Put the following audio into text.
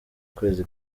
kwezi